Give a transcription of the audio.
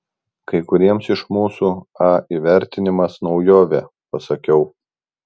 kai kuriems iš mūsų a įvertinimas naujovė pasakiau